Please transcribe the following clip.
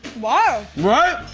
wow! right?